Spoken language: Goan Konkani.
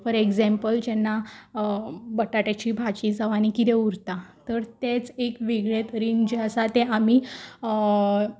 फॉर एग्जांपल जेन्ना बटाट्याची भाजी जावं आनी कितें उरता तर तेंच एक वेगळें तरेन जें आसा तें आमी